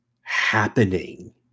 happening